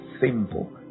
simple